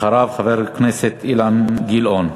אחריו, חבר הכנסת אילן גילאון.